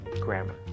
grammar